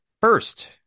First